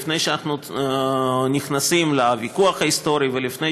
לפני שאנחנו נכנסים לוויכוח ההיסטורי ולפני